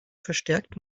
verstärkt